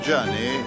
journey